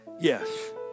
Yes